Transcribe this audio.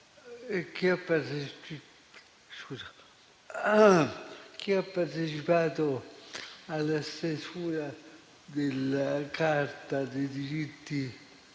chi ha partecipato alla stesura della carta dei diritti